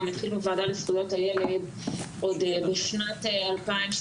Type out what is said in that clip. והוועדה לזכויות הילד עוד בשנת 2016,